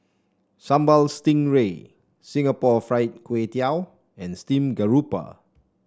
Sambal Stingray Singapore Fried Kway Tiao and Steam Garoupa